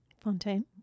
Fontaine